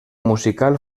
musical